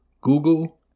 Google